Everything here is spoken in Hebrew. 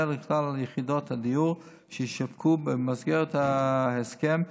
לכלל יחידות הדיור שישווקו במסגרת ההסכם,